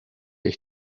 ich